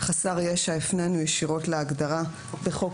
"חסר ישע" הפנינו ישירות להגדרה בחוק